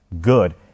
good